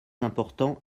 important